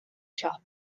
siop